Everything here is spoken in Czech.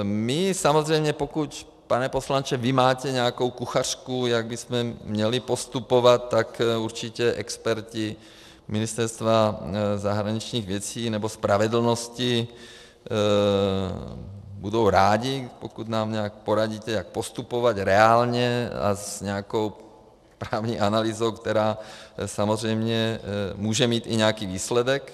My samozřejmě, pokud, pane poslanče, vy mátě nějakou kuchařku, jak bychom měli postupovat, tak určitě experti Ministerstva zahraničních věcí nebo spravedlnosti budou rádi, pokud nám nějak poradíte, jak postupovat reálně a s nějakou právní analýzou, která samozřejmě může mít i nějaký výsledek.